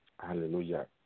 Hallelujah